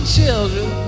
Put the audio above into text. children